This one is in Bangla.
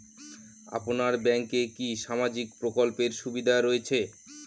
আপনার ব্যাংকে কি সামাজিক প্রকল্পের সুবিধা রয়েছে?